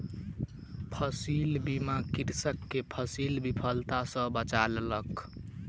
फसील बीमा कृषक के फसील विफलता सॅ बचा लेलक